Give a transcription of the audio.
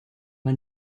man